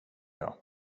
jag